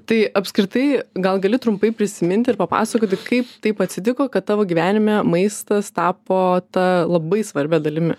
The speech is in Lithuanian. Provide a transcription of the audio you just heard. tai apskritai gal gali trumpai prisiminti ir papasakoti kaip taip atsitiko kad tavo gyvenime maistas tapo ta labai svarbia dalimi